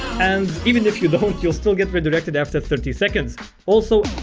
and even if you don't you'll still get redirected after thirty seconds also